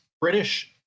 British